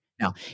Now